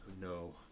No